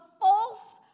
false